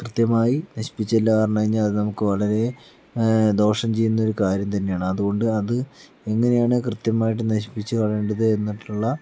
കൃത്യമായി നശിപ്പിച്ചില്ലാന്ന് പറഞ്ഞ് കഴിഞ്ഞാൽ നമുക്ക് വളരേ ദോഷം ചെയ്യുന്നൊരു കാര്യം തന്നെയാണ് അതുകൊണ്ട് അത് എങ്ങനെയാണ് കൃത്യമായിട്ട് നശിപ്പിച്ച് കളയേണ്ടത് എന്നിട്ടുള്ള